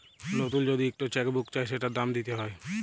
লতুল যদি ইকট চ্যাক বুক চায় সেটার দাম দ্যিতে হ্যয়